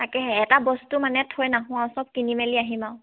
তাকে এটা বস্তু মানে থৈ নাহোঁ আৰু সব কিনি মেলি আহিম আৰু